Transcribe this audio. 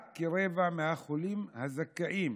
רק כרבע מהחולים הזכאים